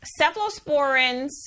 cephalosporins